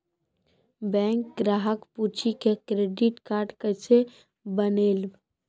Bank ग्राहक पुछी की क्रेडिट कार्ड केसे बनेल?